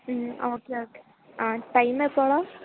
okay okay ആ time എപ്പോളാണ്